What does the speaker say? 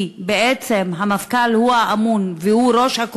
כי בעצם המפכ"ל הוא הממונה והוא הראש,